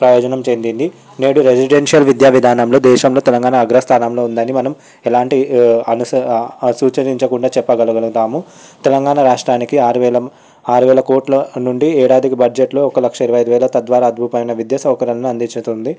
ప్రయోజనం చెందింది నేడు రెసిడెన్షియల్ విద్యా విధానంలో దేశంలో తెలంగాణ అగ్రస్థానంలో ఉందని మనం ఎలాంటి అను సూచరించకుండా చెప్పగలుగుతాము తెలంగాణ రాష్ట్రానికి ఆరు వేల ఆరు వేల కోట్ల నుండి ఏడాదికి బడ్జెట్లో ఒక లక్ష ఇరవై ఐదు వేల తద్వారా అద్భుతమైన విద్య సౌకర్యాలను అందిస్తుంది